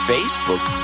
Facebook